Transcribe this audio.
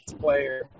player